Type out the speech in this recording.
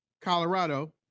Colorado